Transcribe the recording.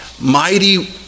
mighty